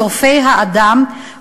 שורפי האדם,